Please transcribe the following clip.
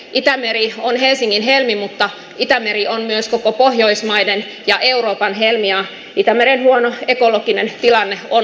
itämeri on helsingin helmi mutta itämeri on myös koko pohjoismaiden ja euroopan helmi ja itämeren huono ekologinen tilanne on huolestuttava